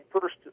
first